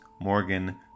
Morgan